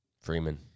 Freeman